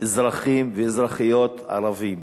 אזרחים ואזרחיות ערבים